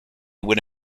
would